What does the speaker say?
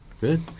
good